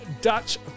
Dutch